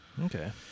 Okay